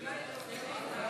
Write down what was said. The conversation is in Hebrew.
בסילוק,